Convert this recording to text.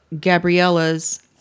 gabriella's